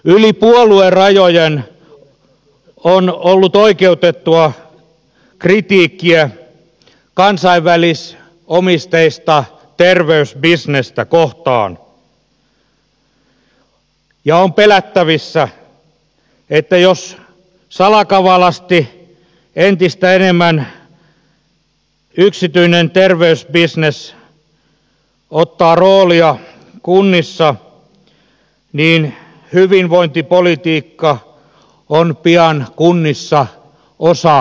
yli puoluerajojen on ollut oikeutettua kritiikkiä kansainvälisomisteista terveysbisnestä kohtaan ja on pelättävissä että jos yksityinen terveysbisnes salakavalasti entistä enemmän ottaa roolia kunnissa niin hyvinvointipolitiikka on pian kunnissa osa elinkeinopolitiikkaa